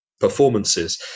performances